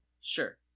Sure